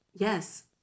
Yes